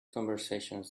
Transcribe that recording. conversations